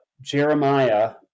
Jeremiah